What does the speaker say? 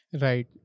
Right